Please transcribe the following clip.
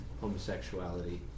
homosexuality